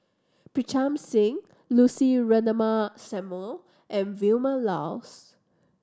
Pritam Singh Lucy Ratnammah Samuel and Vilma Laus